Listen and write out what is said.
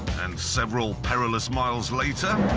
and several perilous miles later.